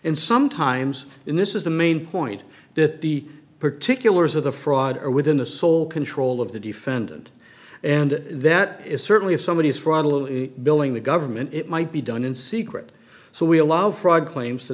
sometimes in this is the main point that the particulars of the fraud are within the sole control of the defendant and that is certainly if somebody is fraudulent billing the government it might be done in secret so we allow fraud claims to